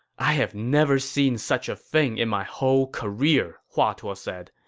i have never seen such a thing in my whole career, hua tuo ah said.